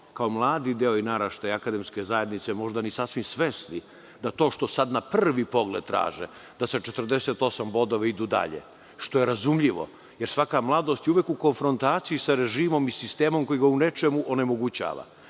kao mladi deo naraštaja i akademske zajednice možda ni sasvim svesni da to što sada na prvi pogled traže, da sa 48 bodova idu dalje, što je razumljivo, jer svaka mladost je uvek u konfrontaciji sa režimom i sistemom koji ga u nečemu onemogućava.